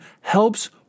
helps